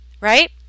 right